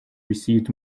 received